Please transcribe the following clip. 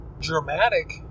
dramatic